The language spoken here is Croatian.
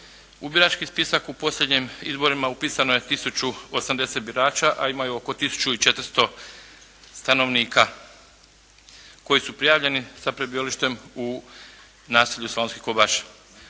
u birački spisak u posljednjim izborima upisano je tisuću 80 birača, a ima ih oko tisuću 400 stanovnika koji su prijavljeni sa prebivalištem u naselju Slavonski Kobaš.